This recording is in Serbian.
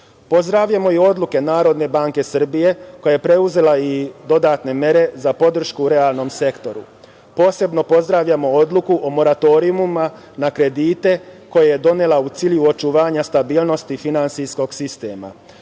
BDP-a. Pozdravljamo i odluke Narodne banke Srbije koja je preuzela i dodatne mere za podršku u realnom sektoru. Posebno pozdravljamo odluku o moratorijumima na kredite koju je donela u cilju očuvanja stabilnosti finansijskog sistema. Kao